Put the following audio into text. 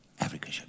Africa